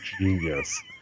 genius